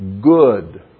Good